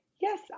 Yes